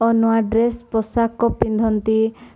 ଓ ନୂଆ ଡ୍ରେସ୍ ପୋଷାକ ପିନ୍ଧନ୍ତି